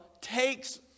takes